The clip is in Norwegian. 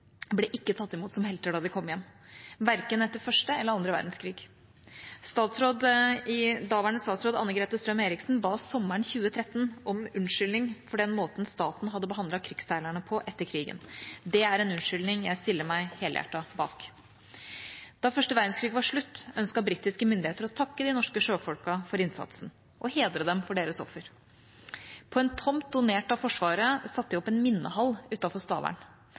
ble ikke tatt imot som helter da de kom hjem, verken etter første eller andre verdenskrig. Daværende statsråd Anne-Grete Strøm-Erichsen ba sommeren 2013 om unnskyldning for den måten staten hadde behandlet krigsseilerne på etter krigen. Det er en unnskyldning jeg stiller meg helhjertet bak. Da første verdenskrig var slutt, ønsket britiske myndigheter å takke de norske sjøfolkene for innsatsen og hedre dem for deres offer. På en tomt donert av Forsvaret satte de opp en minnehall utenfor Stavern.